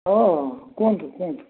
ହଁ କୁହନ୍ତୁ କୁହନ୍ତୁ